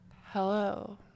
Hello